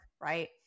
right